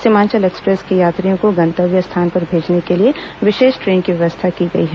Seemanchal express के यात्रियों को गन्तव्य स्थान पर भेजने के लिए विशेष ट्रेन की व्यवस्था की गई है